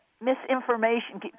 misinformation